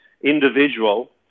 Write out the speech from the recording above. individual